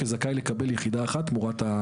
כזכאי לקבל יחידה אחת תמורה.